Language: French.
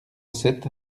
sept